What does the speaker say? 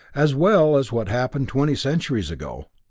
as well as what happened twenty centuries ago.